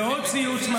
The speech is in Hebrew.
ועוד ציוץ,